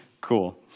cool